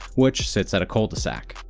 which sits at a cul de sac.